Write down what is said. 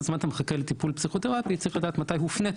זמן אתה מחכה לטיפול פסיכותרפי צריך לדעת מתי הופנית